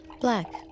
Black